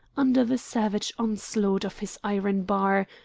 under the savage onslaught of his iron bar,